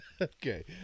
Okay